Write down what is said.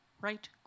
right